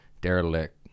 derelict